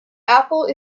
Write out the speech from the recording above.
apple